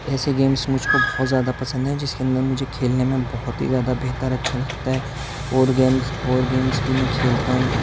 ایسے گیمس مجھ کو بہت زیادہ پسند ہیں جس کے اندر مجھے کھیلنے میں بہت ہی زیادہ بہتر اچھا لگتا ہے اور گیمس اور گیمس بھی میں کھیلتا ہوں